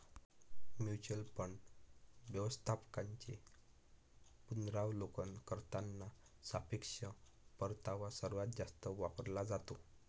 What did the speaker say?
mutual fund व्यवस्थापकांचे पुनरावलोकन करताना सापेक्ष परतावा सर्वात जास्त वापरला जातो